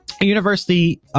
University